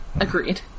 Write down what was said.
Agreed